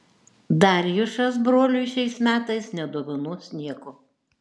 darjušas broliui šiais metais nedovanos nieko